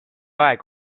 aeg